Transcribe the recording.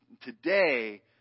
Today